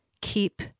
keep